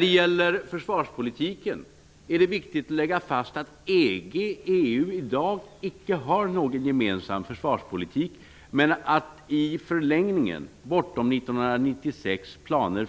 Beträffande försvarspolitiken är det viktigt att lägga fast att EG/EU i dag inte har någon gemensam försvarspolitk. Men i förlängningen bortom 1996 finns det planer